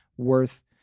worth